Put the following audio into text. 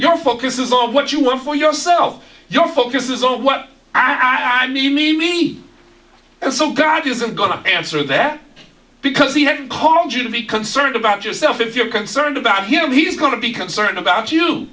your focus is on what you want for yourself your focus is on what i am unique and so god isn't going to answer that because he hasn't called you to be concerned about yourself if you're concerned about him he's going to be concerned about you